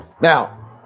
Now